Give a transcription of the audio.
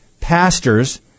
pastors